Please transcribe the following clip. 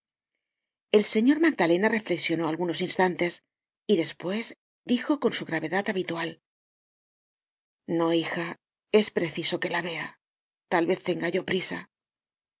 el señor magdalena reflexionó algunos instantes y despues dijo con su gravedad habitual no hija es preciso que la vea tal vez tenga yo prisa